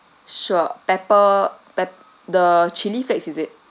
sure pepper pep~ the chilli flakes is it